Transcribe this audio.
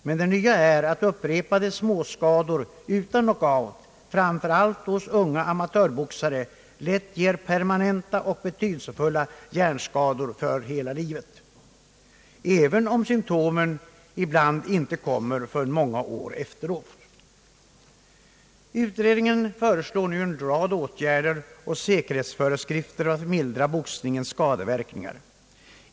Men det nya är, att upprepade småskador utan knockout, framför allt hos unga amatörboxare, lätt ger permanenta och betydelsefulla hjärnskador för hela livet, även om symtomen ibland inte kommer förrän många år efteråt. Utredningen föreslår nu en rad åtgärder och säkerhetsföreskrifter för att mildra boxningens skadeverkningar.